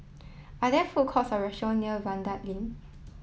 are there food courts or restaurant near Vanda Link